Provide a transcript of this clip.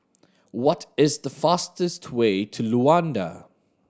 what is the fastest way to Luanda